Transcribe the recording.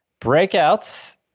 Breakouts